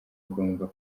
ngombwa